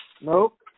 Nope